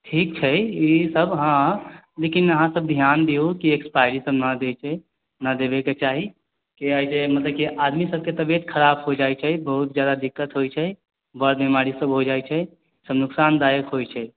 ठीक छै ई सब हॅं लेकिन अहाँ सब ध्यान दियौ कि एक्स्पैरी तऽ न दैके न देबे के चाही आदमी सबके तबियत खराब हो जाइ छै बहुत जादा दिक्कत होइ छै बर बीमारी शुरू हो जाइ छै नोकशान दायक होइ छै